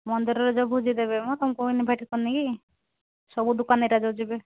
ମନ୍ଦିରରେ ଯେଉଁ ଭୋଜି ଦେବେମ ତମକୁ ଇନ୍ଭାଇଟ୍ କରିନିିକି ସବୁ ଦୋକାନୀଟା ଯେଉଁ ଯିବେ